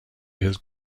his